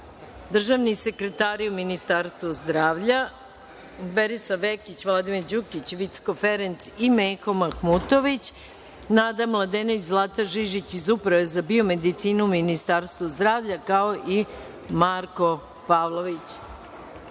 državni sekretari u Ministarstvu zdravlja - Berislav Vekić, Vladimir Đukić, Vicko Ferenc i Meho Mahmutović, Nada Mladenović i Zlata Žižić iz Uprave za biomedicinu Ministarstva zdravlja, kao i Marko Pavlović,